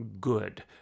good